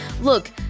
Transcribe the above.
Look